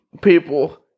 people